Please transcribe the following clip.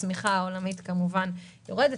הצמיחה העולמית כמובן יורדת,